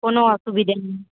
কোনো অসুবিধে নেই